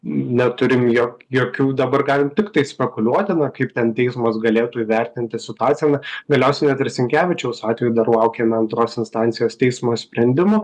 neturim jo jokių dabar galim tiktai spekuliuoti na kaip ten teismas galėtų įvertinti situaciją na galiausiai net ir sinkevičiaus atveju dar laukiame antros instancijos teismo sprendimo